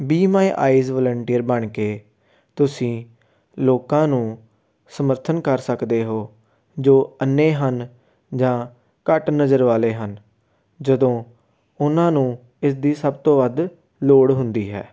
B My Eyes volunteer ਬਣ ਕੇ ਤੁਸੀਂ ਲੋਕਾਂ ਨੂੰ ਸਮਰਥਨ ਕਰ ਸਕਦੇ ਹੋ ਜੋ ਅੰਨ੍ਹੇ ਹਨ ਜਾਂ ਘੱਟ ਨਜ਼ਰ ਵਾਲੇ ਹਨ ਜਦੋਂ ਉਹਨਾਂ ਨੂੰ ਇਸਦੀ ਸਭ ਤੋਂ ਵੱਧ ਲੋੜ ਹੁੰਦੀ ਹੈ